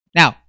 now